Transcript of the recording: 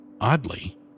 Oddly